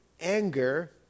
anger